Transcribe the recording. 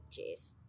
Jeez